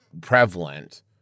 prevalent